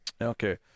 Okay